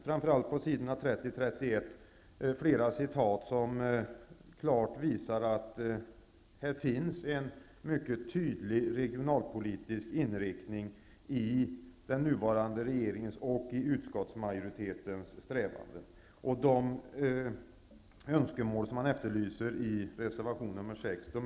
Framför allt på s. 30 och 31 finns flera formuleringar som klart visar att det är en mycket tydlig regionalpolitisk inriktning i den nuvarande regeringens och i utskottsmajoritetens strävanden. De önskemål som framförs i reservation 6 är tillgodosedda.